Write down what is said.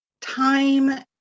time